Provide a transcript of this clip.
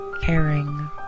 caring